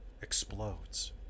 explodes